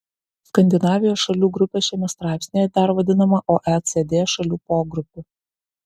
skandinavijos šalių grupė šiame straipsnyje dar vadinama oecd šalių pogrupiu